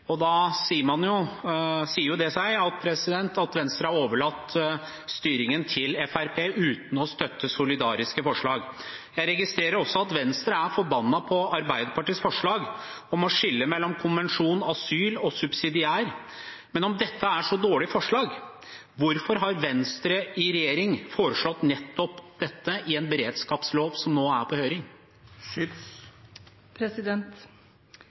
Da sier det seg at Venstre har overlatt styringen til Fremskrittspartiet uten å støtte solidariske forsalg. Jeg registrerer også at Venstre er forbannet på Arbeiderpartiets forslag om å skille mellom konvensjonsstatus, asyl, og subsidiær beskyttelse. Men om dette er et så dårlig forslag, hvorfor har Venstre i regjering foreslått nettopp dette i en beredskapslov som nå er på høring?